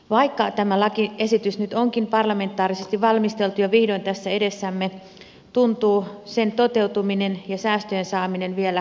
vaikka tämä lakiesitys nyt onkin parlamentaarisesti valmisteltu ja vihdoin tässä edessämme tuntuu sen toteutuminen ja säästöjen saaminen vielä kaukaiselta